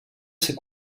ser